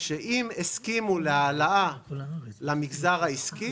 זה מתכננים להעלות את הארנונה למגזר העסקי